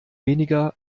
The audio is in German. weniger